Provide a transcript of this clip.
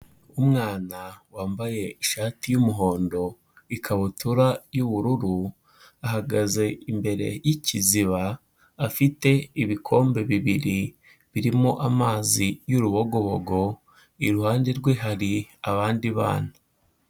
Umwana wambaye ishati y'umuhondo, ikabutura y'ubururu ahagaze imbere y'ikiziba, afite ibikombe bibiri birimo amazi y'urubogobogo, iruhande rwe hari abandi bana.